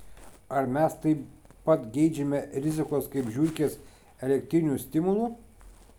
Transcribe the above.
ar mes taip pat geidžiame rizikos kaip žiurkės elektrinių stimulų